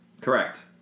Correct